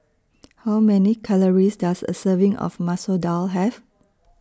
How Many Calories Does A Serving of Masoor Dal Have